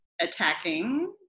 attacking